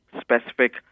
specific